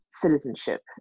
citizenship